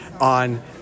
on